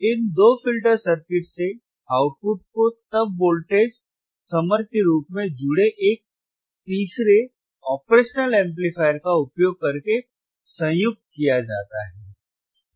इन दो filter circuit से output को तब वोल्टेज समर के रूप में जुड़े एक तीसरे ऑपरेशनल एम्पलीफायर का उपयोग करके संयुक्त किया जाता है